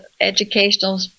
educational